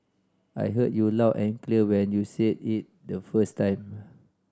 I heard you loud and clear when you said it the first time